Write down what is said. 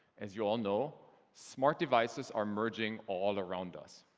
as you all know, smart devices are emerging all around us.